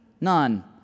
None